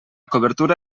cobertura